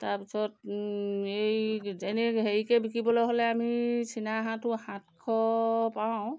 তাৰপিছত এই এনে হেৰিকৈ বিকিবলৈ হ'লে আমি চিনা হাঁহটো সাতশ পাওঁ